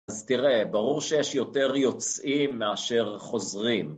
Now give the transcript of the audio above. אז תראה, ברור שיש יותר יוצאים מאשר חוזרים.